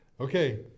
Okay